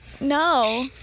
No